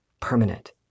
Permanent